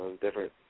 different